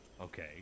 Okay